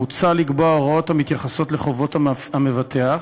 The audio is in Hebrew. מוצע לקבוע הוראות המתייחסות לחובות המבטח: